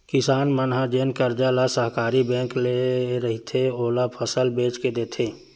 किसान मन ह जेन करजा ल सहकारी बेंक ले रहिथे, ओला फसल बेच के देथे